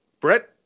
Brett